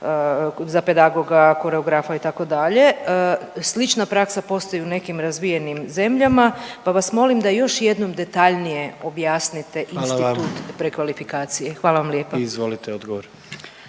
za pedagoga, koreografa, itd. Slična praksa postoji i u nekim razvijenim zemljama, pa vas molim da još jednom detaljnije objasnite institut prekvalifikacije. Hvala vam lijepa. **Jandroković,